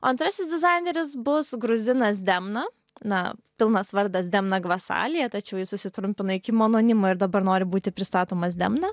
antrasis dizaineris bus gruzinas demna na pilnas vardas demna gvasalija tačiau jis susitrumpino iki mononimo ir dabar nori būti pristatomas demna